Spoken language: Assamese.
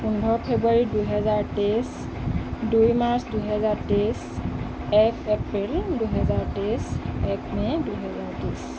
পোন্ধৰ ফেব্ৰুৱাৰী দুহেজাৰ তেইছ দুই মাৰ্চ দুহেজাৰ তেইছ এক এপ্ৰিল দুহেজাৰ তেইছ এক মে দুহেজাৰ তেইছ